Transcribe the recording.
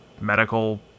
medical